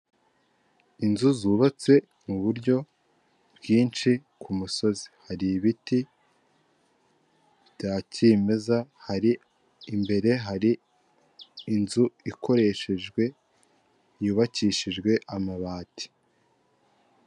Inzu zubatse mu buryo bwinshi ku ku musozi hari ibiti bya kimeza hari, imbere hari inzu ikoreshejwe yubakishijwe amabati.